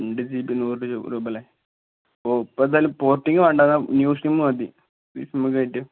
രണ്ട് G B നൂറ് രൂപയല്ലേ ഓ ഇപ്പം എന്തായാലും പോർട്ടിംങ് വേണ്ട അതാണ് ന്യൂ സിമ്മ് മതി നമുക്കായിട്ട്